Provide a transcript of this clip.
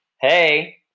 Hey